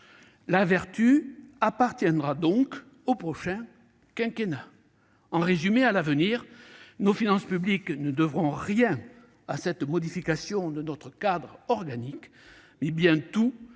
La vertu appartiendra donc au prochain quinquennat. En résumé, à l'avenir, nos finances publiques ne devront rien à cette modification de notre cadre organique, mais tout